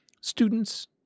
students